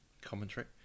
commentary